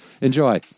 Enjoy